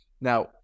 Now